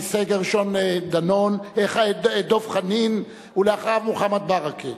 המסתייג הראשון, דב חנין, ואחריו, מוחמד ברכה.